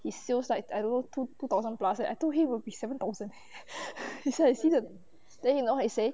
his sales like I don't know two two thousand plus eh I told him we seven thousand eh I say I see the you know what he say